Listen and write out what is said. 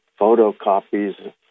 photocopies